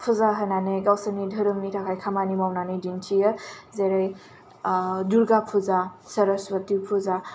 फुजा होनानै गावसोरनि धोरोमनि थाखाय खामानि मावनानै दिन्थियो जेरै दुर्गा फुजा स्वारासथि फुजा